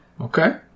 okay